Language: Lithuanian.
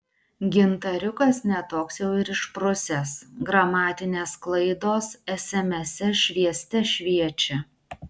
gintariukas ne toks jau ir išprusęs gramatinės klaidos esemese švieste šviečia